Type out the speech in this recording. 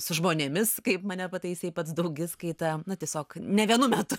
su žmonėmis kaip mane pataisė į pats daugiskaitą na tiesiog ne vienų metų